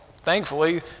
thankfully